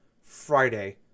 Friday